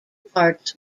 parts